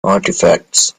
artifacts